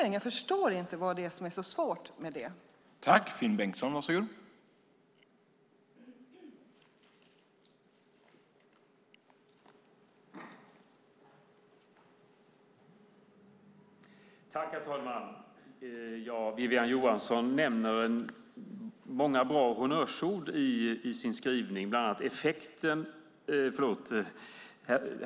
Jag förstår inte vad det är som är så svårt med en utvärdering.